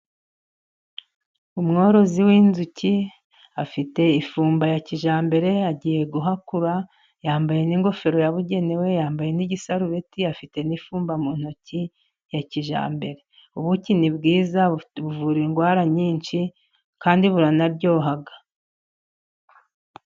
Umworozi w'inzuki afite ifumba ya kijyambere agiye guhakura, yambaye n'ingofero yabugenewe, yambaye n'igisarubeti, afite n'ifumba mu ntoki ya kijyambere. Ubuki ni bwiza, buvura indwara nyinshi kandi buranaryoha.